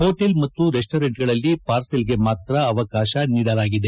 hotel ಮತ್ತು ರೆಸ್ಟೋರೆಂಟ್ಗಳಲ್ಲಿ ಪಾರ್ಸೆಲ್ಗೆ ಮಾತ್ರ ಅವಕಾಶ ನೀಡಲಾಗಿದೆ